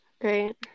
Great